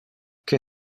que